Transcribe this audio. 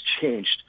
changed